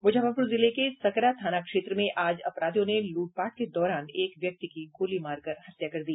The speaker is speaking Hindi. मुजफ्फरपुर जिले के सकरा थाना क्षेत्र में आज अपराधियों ने लूटपाट के दौरान एक व्यक्ति की गोली मारकर हत्या कर दी